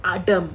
adam